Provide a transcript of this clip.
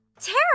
Tara